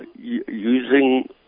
using